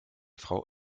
frau